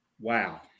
wow